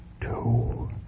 two